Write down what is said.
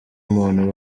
muntu